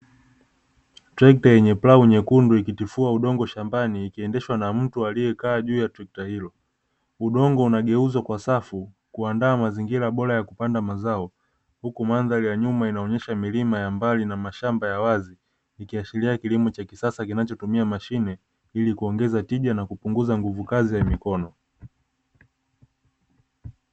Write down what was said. Trekta yenye plau nyekundu ikitifua udongo shambani, ikiendeshwa ma mtu aliekaa juu ya trekta hilo. Udongo unageuzwa kwa safu kuandaa mazingira bora ya kupanda mazao, huku mandhari ya nyuma inaonyesha milima ya mbali na mashamba ya wazi, ikiashiria kilimo cha kisasa kinachotumia mashine ili kuongeza tija na kupunguza nguvu kazi ya mikono.